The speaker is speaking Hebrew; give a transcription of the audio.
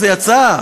כשזה יצא?